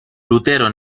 lutero